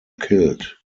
killed